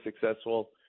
successful